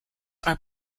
are